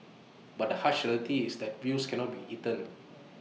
but the harsh reality is that views cannot be eaten